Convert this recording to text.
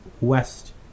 West